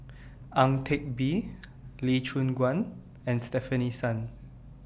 Ang Teck Bee Lee Choon Guan and Stefanie Sun